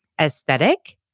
aesthetic